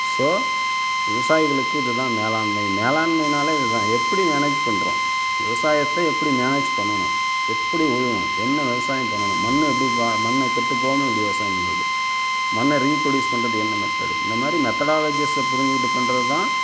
so விவசாயிகளுக்கு இது தான் மேலாண்மை மேலாண்மைனாலே இது தான் எப்படி மேனேஜ் பண்ணுறோம் விவசாயத்தை எப்படி மேனேஜ் பண்ணணும் எப்படி உழுகணும் என்ன விவசாயம் பண்ணணும் மண் எப்படி வா மண்ணை கெட்டுப் போகாம எப்படி விவசாயம் பண்ணுறது மண்ணை ரீப்ரொடியூஸ் பண்ணுறது என்ன மெத்தடு இந்த மாதிரி மெத்தடாலஜிஸ்கிட்ட புரிஞ்சுக்கிட்டு பண்ணுறது தான்